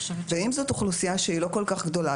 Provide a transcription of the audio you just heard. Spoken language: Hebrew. אם זאת אוכלוסייה שהיא לא כל כך גדולה,